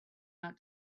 not